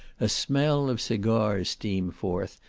a smell of cigars steam forth,